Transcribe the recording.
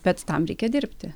bet tam reikia dirbti